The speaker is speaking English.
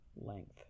length